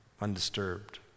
Undisturbed